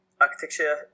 architecture